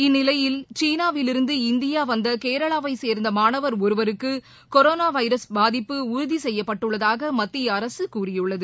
இந்நிலையில் சீனாவிலிருந்து இந்தியா வந்த கேரளாவை சேர்ந்த மாணவர் ஒருவருக்கு கொரோனா வைரஸ் பாதிப்பு உறுதி செய்யப்பட்டுள்ளதாக மத்திய அரசு கூறியுள்ளது